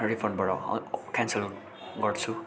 रिफन्डबाट cancel गर्छु